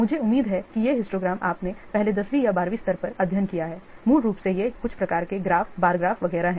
मुझे उम्मीद है कि यह हिस्टोग्राम आपने पहले 10 वीं या 12 स्तर पर अध्ययन किया है मूल रूप से ये कुछ प्रकार के ग्राफ़ बार ग्राफ़ वगैरह हैं